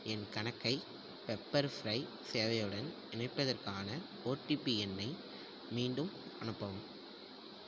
என் கணக்கை Pepperfry சேவையுடன் இணைப்பதற்கான ஓடிபி எண்ணை மீண்டும் அனுப்பவும்